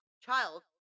child